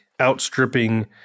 outstripping